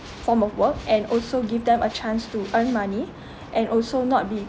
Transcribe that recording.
form of work and also give them a chance to earn money and also not be